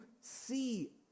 see